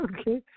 Okay